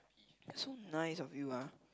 so nice of you ah